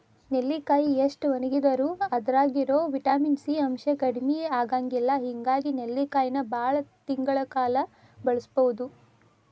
ನೆಲ್ಲಿಕಾಯಿ ಎಷ್ಟ ಒಣಗಿದರೂ ಅದ್ರಾಗಿರೋ ವಿಟಮಿನ್ ಸಿ ಅಂಶ ಕಡಿಮಿ ಆಗಂಗಿಲ್ಲ ಹಿಂಗಾಗಿ ನೆಲ್ಲಿಕಾಯಿನ ಬಾಳ ತಿಂಗಳ ಕಾಲ ಬಳಸಬೋದು